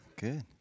Good